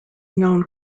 known